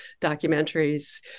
documentaries